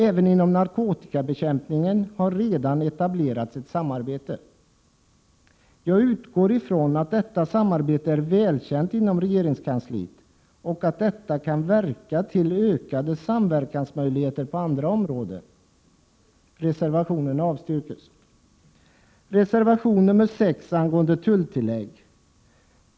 Även inom narkotikabekämpningen har ett samarbete redan etablerats. Jag utgår ifrån att detta samarbete är välkänt inom regeringskansliet och att det kan leda till ökade samverkansmöjligheter på andra områden. Reservationen avstyrks. Reservation 6 behandlar tulltillägg.